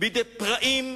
בידי פראים,